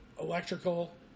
electrical